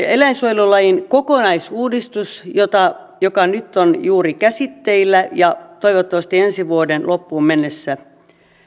eläinsuojelulain kokonaisuudistus joka nyt on juuri käsitteillä ja toivottavasti ensi vuoden loppuun mennessä